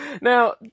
Now